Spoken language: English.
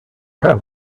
help